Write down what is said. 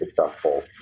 successful